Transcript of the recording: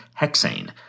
hexane